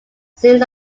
scenes